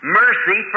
mercy